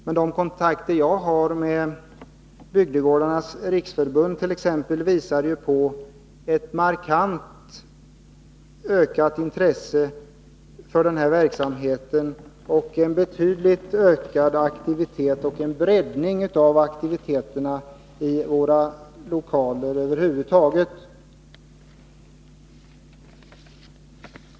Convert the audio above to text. Men de kontakter jag har med t.ex. Bygdegårdarnas riksförbund visar på ett markant ökat intresse för den här verksamheten och en betydligt ökad aktivitet, och en breddning av aktiviteterna, i våra lokaler över huvud taget.